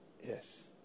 Yes